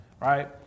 Right